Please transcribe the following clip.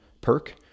perk